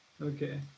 Okay